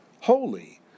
holy